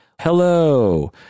Hello